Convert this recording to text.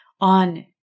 on